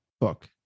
book